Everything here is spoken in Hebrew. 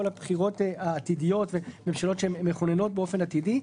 הבחירות העתידיות וממשלות שמכוננות באופן עתידי,